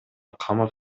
камап